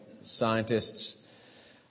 Scientists